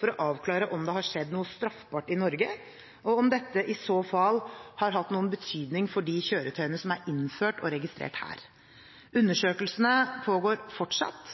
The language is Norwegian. for å avklare om det har skjedd noe straffbart i Norge, og om dette i så fall har hatt noen betydning for de kjøretøyene som er innført og registrert her. Undersøkelsene pågår fortsatt,